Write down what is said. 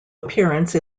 appearance